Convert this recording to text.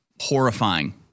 horrifying